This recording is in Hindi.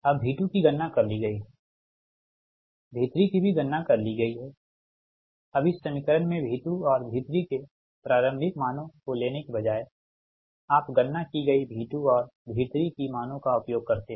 अब V2 की गणना कर ली गई है V3 की भी गणना कर ली गई है अब इस समीकरण में V2 और V3 के प्रारंभिक मानों को लेने के बजाय आप गणना की गई V2 और V3 की मानों का उपयोग करते है